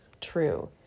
true